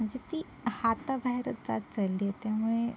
म्हणजे ती हाताबाहेरच जात चालली आहे त्यामुळे